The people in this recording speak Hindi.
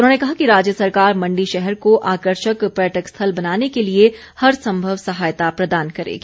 उन्होंने कहा कि राज्य सरकार मंडी शहर को आकर्षक पर्यटक स्थल बनाने के लिए हर संभव सहायता प्रदान करेगी